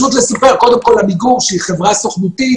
עמיגור היא חברה סוכנותית,